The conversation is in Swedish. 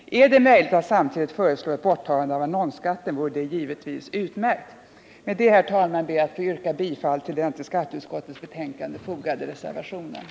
Är det möjligt att samtidigt föreslå ett borttagande av annonsskatten vore det givetvis utmärkt. Med detta, herr talman, ber jag att få yrka bifall till den till skatteutskottets betänkande fogade reservationen.